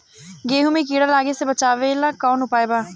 गेहूँ मे कीड़ा लागे से बचावेला कौन उपाय बा?